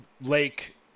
Lake